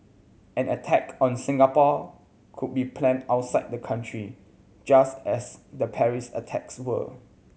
an attack on Singapore could also be planned outside the country just as the Paris attacks were